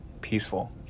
peaceful